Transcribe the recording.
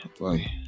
Bye